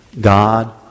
God